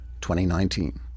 2019